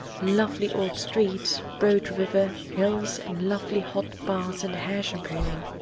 lovely old streets, broad river, hills, and lovely hot baths and hair shampooing.